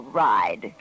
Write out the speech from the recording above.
ride